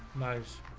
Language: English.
nice